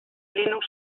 linux